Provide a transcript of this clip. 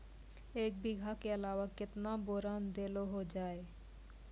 एक बीघा के अलावा केतना बोरान देलो हो जाए?